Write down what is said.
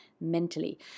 mentally